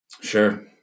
Sure